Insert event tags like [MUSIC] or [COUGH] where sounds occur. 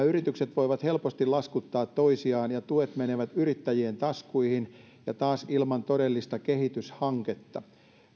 [UNINTELLIGIBLE] yritykset voivat helposti laskuttaa toisiaan ja tuet menevät yrittäjien taskuihin ja taas ilman todellista kehityshanketta